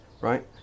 right